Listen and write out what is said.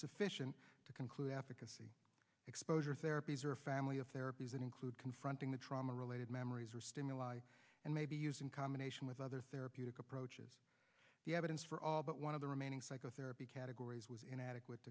sufficient to conclude advocacy exposure therapies or family of therapies and include confronting the trauma related memories or stimuli and may be used in combination with other therapeutic approaches the evidence for all but one of the remaining psychotherapy categories was inadequate